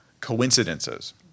coincidences